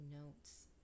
notes